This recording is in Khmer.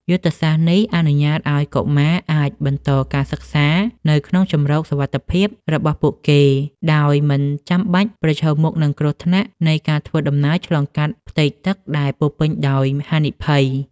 យុទ្ធសាស្ត្រនេះអនុញ្ញាតឱ្យកុមារអាចបន្តការសិក្សានៅក្នុងជម្រកសុវត្ថិភាពរបស់ពួកគេ ដោយមិនចាំបាច់ប្រឈមមុខនឹងគ្រោះថ្នាក់នៃការធ្វើដំណើរឆ្លងកាត់ផ្ទៃទឹកដែលពោរពេញដោយហានិភ័យ។